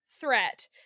threat